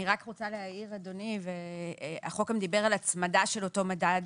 אני רוצה להעיר החוק דיבר על הצמדת אותו מדד.